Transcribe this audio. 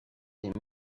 des